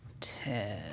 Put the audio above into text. Ten